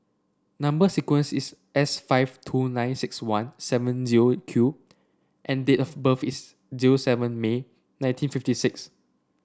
number sequence is S five two nine six one seven zero Q and date of birth is zero seven May nineteen fifty six